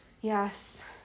Yes